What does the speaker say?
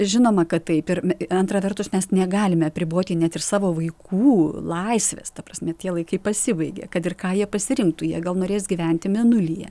žinoma kad taip ir antra vertus mes negalime apriboti net ir savo vaikų laisvės ta prasme tie laikai pasibaigė kad ir ką jie pasirinktų jei gal norės gyventi mėnulyje